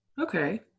Okay